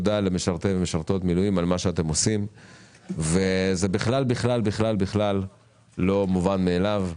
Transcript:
למשרתי ומשרתות המילואים על מה שהם עושים - זה בכלל לא מובן מאליו.